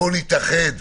בואו נתאחד,